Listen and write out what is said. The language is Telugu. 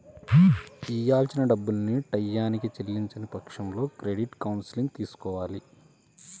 ఇయ్యాల్సిన డబ్బుల్ని టైయ్యానికి చెల్లించని పక్షంలో క్రెడిట్ కౌన్సిలింగ్ తీసుకోవాలి